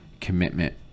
commitment